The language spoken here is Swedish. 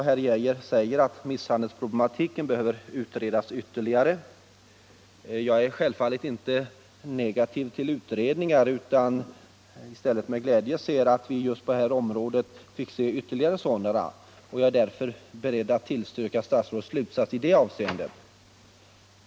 Herr Geijer säger att misshandelsproblematiken behöver utredas ytterligare. Jag är självfallet inte negativ till utredningar utan skulle i stället med glädje se att vi på just det här området fick se ytterligare sådana, och jag är därför beredd att tillstyrka statsrådets slutsats i det avseendet.